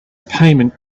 payment